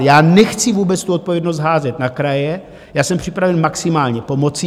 Já nechci vůbec tu odpovědnost házet na kraje, jsem připraven maximálně pomoci.